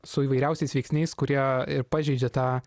su įvairiausiais veiksniais kurie ir pažeidžia tą